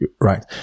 right